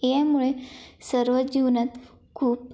यामुळे सर्व जीवनात खूप